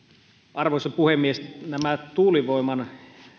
arvoisa puhemies tuulivoiman